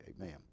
Amen